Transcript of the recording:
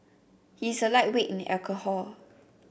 he is a lightweight in alcohol